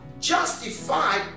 justified